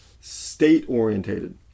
state-orientated